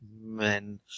men